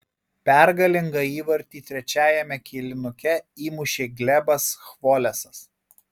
pergalingą įvartį trečiajame kėlinuke įmušė glebas chvolesas